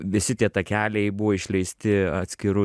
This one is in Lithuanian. visi tie takeliai buvo išleisti atskiru